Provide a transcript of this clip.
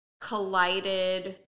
collided